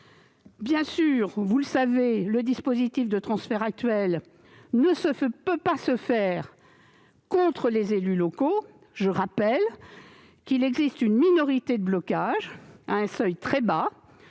Bien entendu, l'actuel dispositif de transfert ne peut pas se faire contre les élus locaux. Je rappelle qu'il existe une minorité de blocage à un seuil très bas